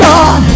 God